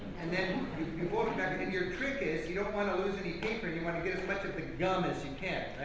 and then you hold your trick is, you don't want to lose any paper, you want to get as much of the gum as you can,